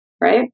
right